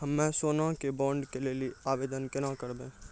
हम्मे सोना के बॉन्ड के लेली आवेदन केना करबै?